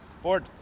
Ford